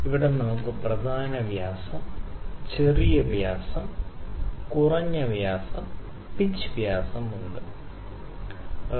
ഇവിടെ നമുക്ക് പ്രധാന വ്യാസം ചെറിയ വ്യാസം കുറഞ്ഞ വ്യാസം പിച്ച് വ്യാസം ഉണ്ട് ശരി